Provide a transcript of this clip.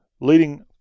leading